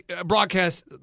broadcast